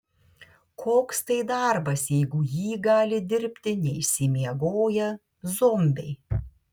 koks tai darbas jeigu jį gali dirbti neišsimiegoję zombiai